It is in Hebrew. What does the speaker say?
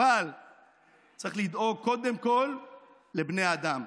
אבל צריך לדאוג קודם כול לבני האדם.